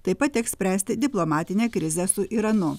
taip pat teks spręsti diplomatinę krizę su iranu